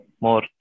more